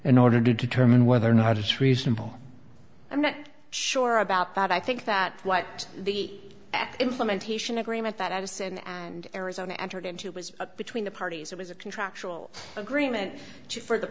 in order to determine whether or not it's reasonable i'm not sure about that i think that what the implementation agreement that i've seen and arizona entered into was between the parties it was a contractual agreement for the